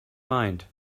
mind